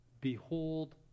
Behold